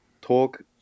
talk